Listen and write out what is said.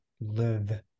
live